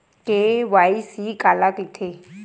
KYC काला कइथे?